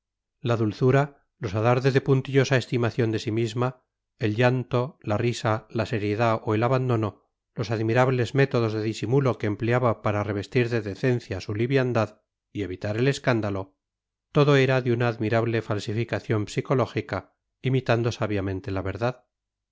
la dulzura los alardes de puntillosa estimación de sí misma el llanto la risa la seriedad o el abandono los admirables métodos de disimulo que empleaba para revestir de decencia su liviandad y evitar el escándalo todo era de una admirable falsificación psicológica imitando sabiamente la verdad